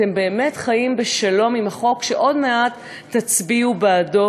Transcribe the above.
אתם באמת חיים בשלום עם החוק שעוד מעט תצביעו בעדו?